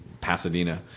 Pasadena